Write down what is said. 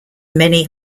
many